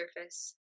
surface